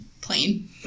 Plain